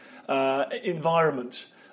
environment